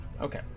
Okay